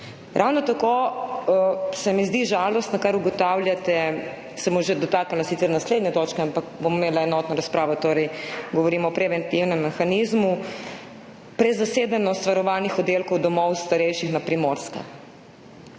Ravno tako se mi zdi žalostno, kar ugotavljate – se bom sicer že dotaknila naslednje točke, ampak bom imela enotno razpravo – govorim o preventivnem mehanizmu, prezasedenosti varovanih oddelkov domov starejših na Primorskem.